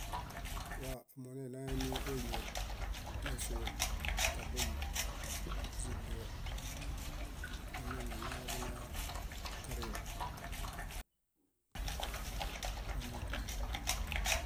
Wamonenayami ólio kásoo kabuma, źiduo memia neleḃunaya karirõ koini komoñ